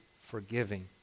forgiving